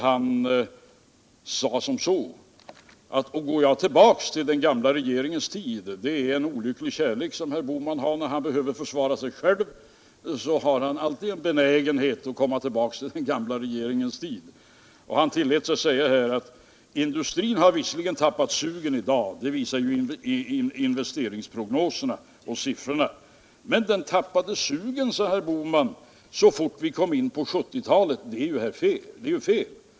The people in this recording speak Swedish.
Han sade: Då går jag tillbaka till den gamla regeringens tid. Herr Bohman har en olycklig förkärlek för att gå tillbaka till den gamla regeringens tid, när han behöver försvara sig själv. Han tillät sig säga: Industrin tappade sugen, det visar ju investeringsprognoserna och siffrorna, så fort vi kom in på 1970-talet. Men detta är ju fel.